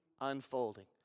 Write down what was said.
unfolding